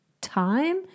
time